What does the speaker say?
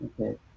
Okay